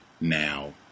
now